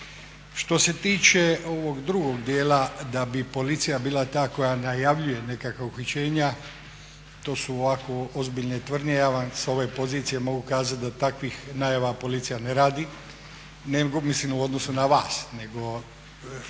Što se tiče ovog drugog dijela da bi policija bila ta koja najavljuje neka uhićenja, to su ovako ozbiljne tvrdnje, ja vam s ove pozicije mogu kazati da takvih najava policija ne radi, ne mislim u odnosu na vas nego